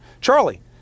Charlie